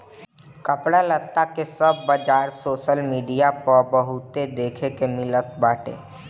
कपड़ा लत्ता के सब बाजार सोशल मीडिया पअ बहुते देखे के मिलत बाटे